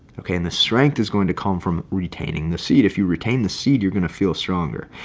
okay, and the strength is going to come from retaining the seed. if you retain the seed, you're going to feel stronger.